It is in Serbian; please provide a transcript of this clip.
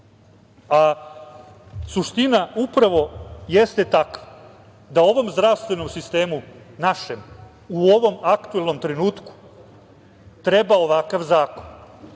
a suština upravo jeste takva da ovom zdravstvenom sistemu našem u ovom aktuelnom trenutku treba ovakav zakon.